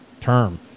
term